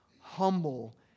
Humble